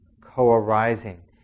co-arising